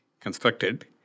constructed